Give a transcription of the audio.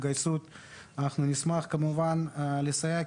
אנחנו נשמח כמובן לסייע.